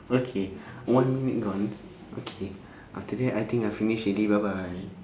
okay one minute gone okay after that I think I finish already bye bye